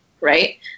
right